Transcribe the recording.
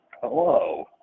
Hello